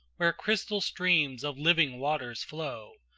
where crystal streams of living waters flow,